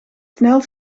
snel